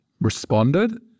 responded